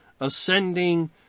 ascending